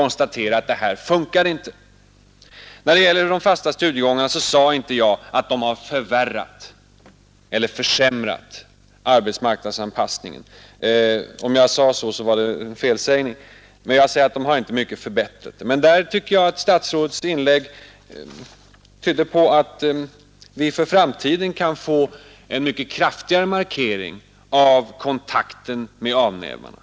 När det gäller de fasta studiegångarna sade inte jag att de har försämrat arbetsmarknadsanpassningen. Om jag sade så var det en felsägning. De har emellertid inte mycket förbättrat den. Däremot tycker jag att statsrådets inlägg tydde på att vi för framtiden kan få en mycket kraftigare markering av kontakten med avnämarna.